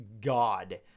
god